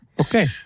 Okay